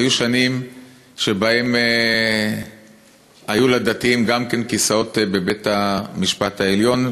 היו שנים שבהן היו לדתיים גם כן כיסאות בבית-המשפט העליון,